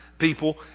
people